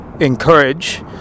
encourage